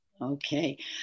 Okay